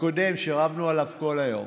הקודם שרבנו עליו כל היום,